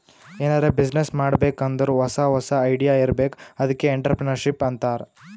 ಎನಾರೇ ಬಿಸಿನ್ನೆಸ್ ಮಾಡ್ಬೇಕ್ ಅಂದುರ್ ಹೊಸಾ ಹೊಸಾ ಐಡಿಯಾ ಇರ್ಬೇಕ್ ಅದ್ಕೆ ಎಂಟ್ರರ್ಪ್ರಿನರ್ಶಿಪ್ ಅಂತಾರ್